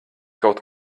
kaut